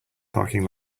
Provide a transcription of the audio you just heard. parking